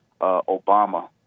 Obama